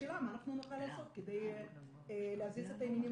השאלה מה אנחנו נוכל לעשות כדי להזיז את העניינים